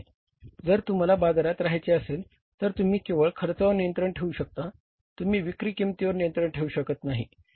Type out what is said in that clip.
जर तुम्हाला बाजारात रहायचे असेल तर तुम्ही केवळ खर्चावर नियंत्रण ठेवू शकता तुम्ही विक्री किंमतीवर नियंत्रण ठेवू शकत नाही